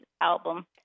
album